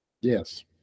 Yes